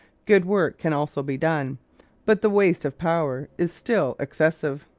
good work can also be done but the waste of power is still excessive.